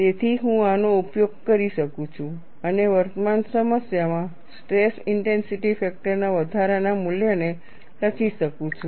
તેથી હું આનો ઉપયોગ કરી શકું છું અને વર્તમાન સમસ્યામાં સ્ટ્રેસ ઇન્ટેન્સિટી ફેક્ટરના વધારા ના મૂલ્યને લખી શકું છું